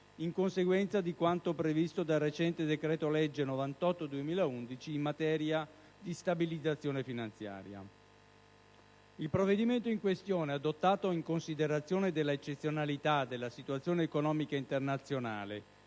in conseguenza di quanto previsto dal recente decreto-legge 6 luglio 2011, n. 98, in materia di stabilizzazione finanziaria. Il provvedimento in questione, adottato in considerazione della eccezionalità della situazione economica internazionale